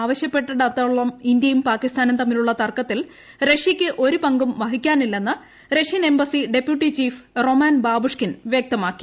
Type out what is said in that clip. ആവശ്യപ്പെടാത്തിടത്തോളം മധ്യസ്ഥശ്രമം ഇന്ത്യയും പാകിസ്ഥാനും തമ്മിലുള്ള തർക്കത്തിൽ റഷ്യയ്ക്ക് ഒരു പങ്കും വഹിക്കാനില്ലെന്ന് Russian embassy deputy chief Roman Babushkin വ്യക്തമാക്കി